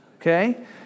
okay